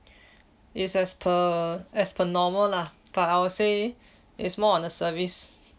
it's as per as per normal lah but I would say it's more on the service